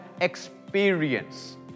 experience